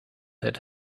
had